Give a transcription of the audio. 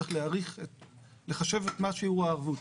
צריך לחשב את שיעור הערבות.